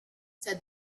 said